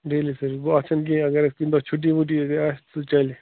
daily service گوٚو اَتھ چھَنہٕ کِہیٖنٛۍ اگر اَسہِ کُنہِ دۄہ چھُٹی وُٹی تہِ آسہِ سُہ چلہِ